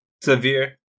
Severe